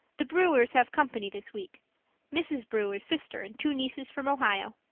the brewers have company this week mrs. brewer's sister and two nieces from ohio.